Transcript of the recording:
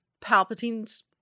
Palpatine's